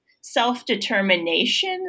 self-determination